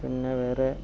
പിന്നെവേറെ